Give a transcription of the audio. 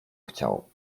chciał